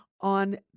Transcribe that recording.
on